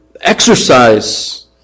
exercise